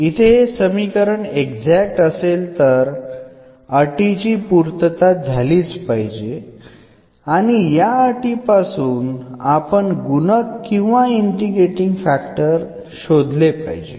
इथे हे समीकरण एक्झॅक्ट असेल तर अटीची पूर्तता झालीच पाहिजे आणि या अटीपासून आपण गुणक किंवा इंटिग्रेटींग फॅक्टर शोधले पाहिजे